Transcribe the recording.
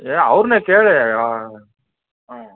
ಏ ಅವ್ರನ್ನೇ ಕೇಳಿ ಹಾಂ